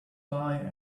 buy